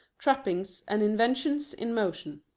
trappings, and inventions in motion.